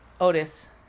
Otis